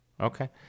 Okay